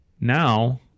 now